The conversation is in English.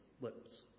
lips